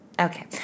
Okay